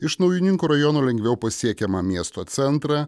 iš naujininkų rajono lengviau pasiekiamą miesto centrą